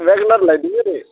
Wagon R ल्याइदिन्छु नि